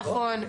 נכון.